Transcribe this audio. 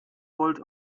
volt